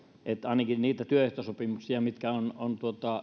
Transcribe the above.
että ainakin niitä työehtosopimuksia mitkä on